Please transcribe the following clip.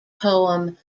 poem